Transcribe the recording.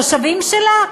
של התושבים שלה?